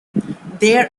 there